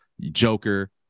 Joker